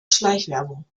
schleichwerbung